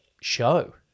show